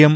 M